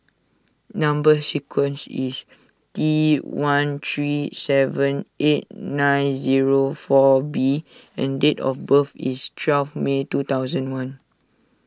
Number Sequence is T one three seven eight nine zero four B and date of birth is twelve May two thousand and one